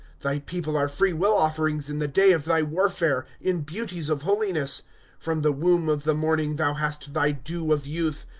thy people are free-will offerings in the day of thy warfare, in beauties of hohness from the womb of the morning thou hast thy dew of youth.